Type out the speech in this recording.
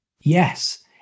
Yes